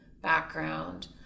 background